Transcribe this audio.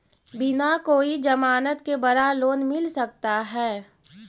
बिना कोई जमानत के बड़ा लोन मिल सकता है?